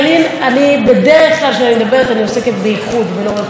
בדרך כלל כשאני מדברת אני עוסקת באיחוד ולא בפיצול.